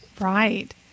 Right